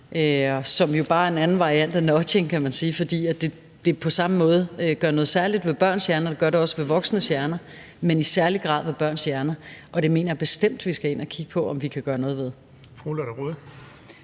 som jo bare er en anden variant af nudging, kan man sige, fordi det på samme måde gør noget særligt ved børns hjerner. Det gør det også ved voksnes hjerner, men det gør det i særlig grad ved børns hjerner, og det mener jeg bestemt at vi skal ind og kigge på om vi kan gøre noget ved. Kl. 17:21 Den